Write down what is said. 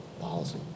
policy